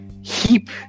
heap